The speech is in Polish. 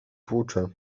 tłucze